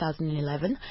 2011